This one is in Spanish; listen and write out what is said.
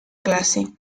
clase